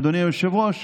אדוני היושב-ראש,